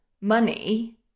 money